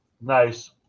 nice